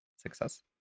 success